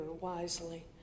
wisely